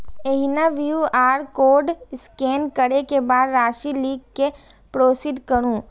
एहिना QR code scan करै के बाद राशि लिख कें प्रोसीड करू